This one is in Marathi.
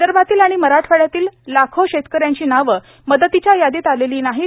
विदर्भातील आणि मराठवाड़यातील लाखो शेतकऱ्यांची नावे या मदतीच्या यादीत आलेली नाहीत